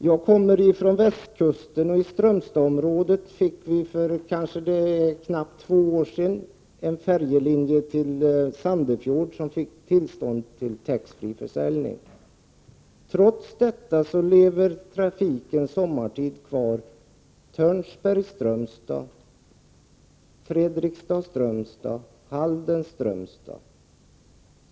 Själv kommer jag från västkusten, och i Strömstadsområdet fick vi för knappt två år sedan en ny färjelinje till Sandöfjord. På den linjen har man tillstånd för tax free-försäljning. Trots det finns det sommartid fortfarande trafik på linjerna Tönsberg— Strömstad, Fredriksdal— Strömstad och Halden—Strömstad.